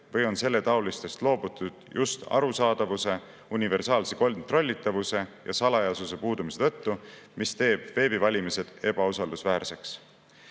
või on selletaolistest [süsteemidest] loobutud just arusaadavuse, universaalse kontrollitavuse ja salajasuse puudumise tõttu, mis teeb veebivalimised ebausaldusväärseks.